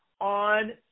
on